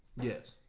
Yes